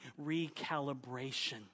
recalibration